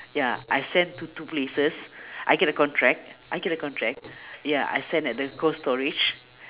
ya I send to two places I get a contract I get a contract ya I send at the cold storage